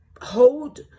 hold